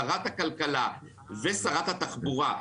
שרת הכלכלה ושרת התחבורה,